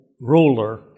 ruler